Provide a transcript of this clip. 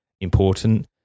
important